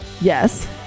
Yes